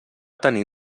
tenir